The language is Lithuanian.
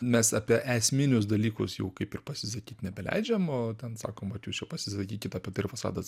mes apie esminius dalykus jau kaip ir pasisakyt nebeleidžiam o ten sakom vat jūs jau pasisakykit apie tai ar fasadas